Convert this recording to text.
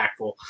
impactful